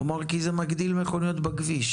והוא אמר: "כי זה מגדיל מכוניות בכביש",